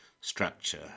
structure